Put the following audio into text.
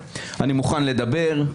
אני מוכן לדבר,